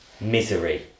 Misery